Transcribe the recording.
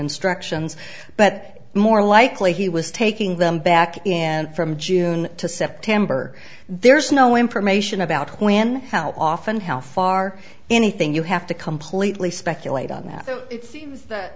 instructions but more likely he was taking them back and from june to september there's no information about when how often how far anything you have to completely speculate on that those it seems that